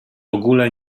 ogóle